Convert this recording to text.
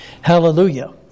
Hallelujah